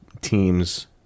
teams